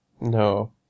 No